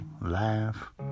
laugh